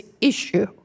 issue